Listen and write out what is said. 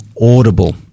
audible